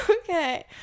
okay